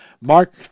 Mark